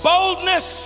Boldness